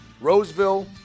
Roseville